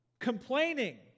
Complaining